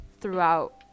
throughout